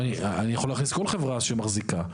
אני יכול להכניס כל חברה שמחזיקה.